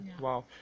Wow